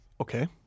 Okay